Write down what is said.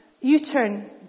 U-turn